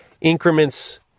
increments